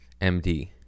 MD